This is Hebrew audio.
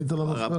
למפכ"ל?